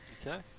Okay